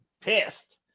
Pissed